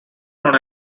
known